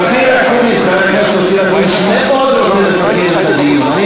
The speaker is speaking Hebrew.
חבר הכנסת אופיר אקוניס עומד פה ורוצה לסכם את הדיון,